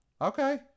Okay